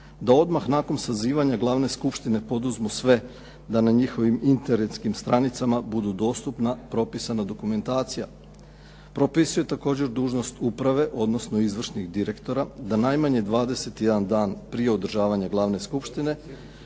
da odmah nakon sazivanja glavne skupštine poduzmu sve da na njihovim internetskim stranicama budu dostupna propisana dokumentacija. Propisuje također dužnost uprave, odnosno izvršnih direktora da najmanje 21 dan prije održavanja glavne skupštine